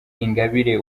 ingabire